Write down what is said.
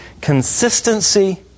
consistency